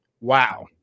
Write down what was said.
Wow